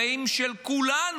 החיים של כולנו,